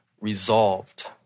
resolved